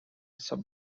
sub